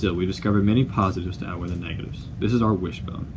yeah we discovered many positives to outweigh the negatives. this is our wishbone,